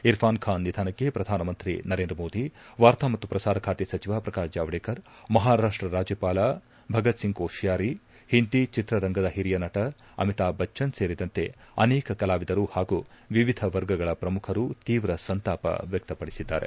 ಇರ್ಫಾನ್ ಖಾನ್ ನಿಧನಕ್ಕೆ ಪ್ರಧಾನಮಂತ್ರಿ ನರೇಂದ್ರ ಮೋದಿ ವಾರ್ತಾ ಮತ್ತು ಪ್ರಸಾರ ಖಾತೆ ಸಚಿವ ಪ್ರಕಾಶ್ಜಾವಡೇಕರ್ ಮಹಾರಾಷ್ಷ ರಾಜ್ಯಪಾಲ ಭಗತ್ಸಿಂಗ್ ಕೋಶ್ಲಾರಿ ಹಿಂದಿ ಚಿತ್ರರಂಗದ ಹಿರಿಯ ನಟ ಅಮಿತಾಬ್ ಬಚ್ಲನ್ ಸೇರಿದಂತೆ ಅನೇಕ ಕಲಾವಿದರು ಹಾಗೂ ವಿವಿಧ ವರ್ಗಗಳ ಪ್ರಮುಖರು ತೀವ್ರ ಸಂತಾಪ ವ್ಯಕ್ತಪಡಿಸಿದ್ದಾರೆ